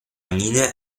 niña